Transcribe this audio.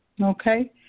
Okay